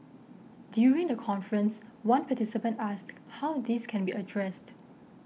during the conference one participant asked how this can be addressed